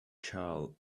child